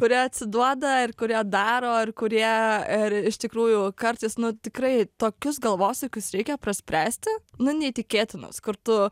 kurie atsiduoda ir kurie daro ir kurie ir iš tikrųjų kartais nu tikrai tokius galvosūkius reikia spręsti nu neįtikėtinus kur tu